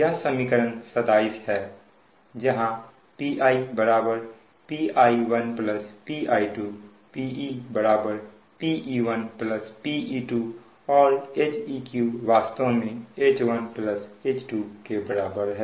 यह समीकरण 27 है जहां Pi Pi1 Pi2 Pe Pe1 Pe2 और Heq वास्तव में H1H2 के बराबर है